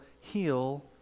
heal